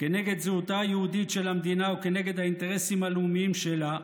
כנגד זהותה היהודית של המדינה וכנגד האינטרסים הלאומיים שלה,